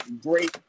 Great